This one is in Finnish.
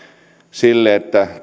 sille että